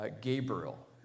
Gabriel